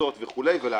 ומכסות וכו', ולהגיד: